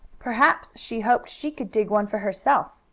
perhaps she hoped she could dig one for herself.